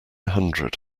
hundred